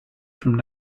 from